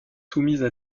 soumises